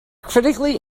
critically